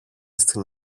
στην